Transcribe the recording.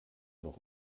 noch